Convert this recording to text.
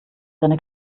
seine